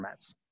formats